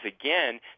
again